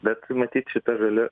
bet matyt šita žalia